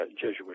Jesuit